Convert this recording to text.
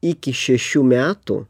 iki šešių metų